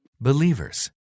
Believers